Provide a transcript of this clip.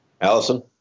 Allison